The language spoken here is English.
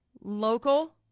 Local